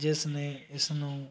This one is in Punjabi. ਜਿਸ ਨੇ ਇਸ ਨੂੰ